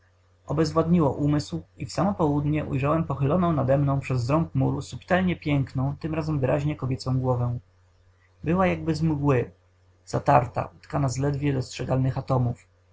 obezwładniło umysł i w samo południe ujrzałem pochyloną nademną przez zrąb muru subtelnie piękną tym razem wyraźnie kobiecą głowę była jakby z mgły zatarta utkana z ledwo dostrzegalnych atomów